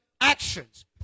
actions